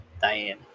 Diane